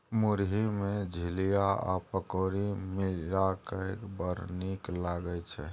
मुरही मे झिलिया आ पकौड़ी मिलाकए बड़ नीक लागय छै